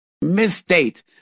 misstate